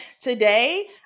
today